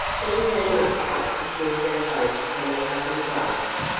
putting her muff up to shield her face from the cutting blast,